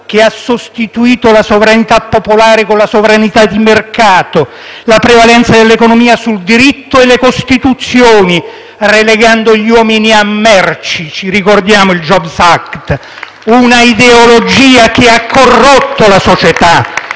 che ha sostituito la sovranità popolare con la sovranità di mercato, la prevalenza dell'economia sul diritto e sulle Costituzioni, relegando gli uomini a merci, e ricordiamo il *jobs act* *(Applausi dal Gruppo M5S)*; una ideologia che ha corrotto la società,